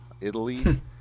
Italy